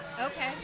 Okay